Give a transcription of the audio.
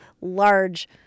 large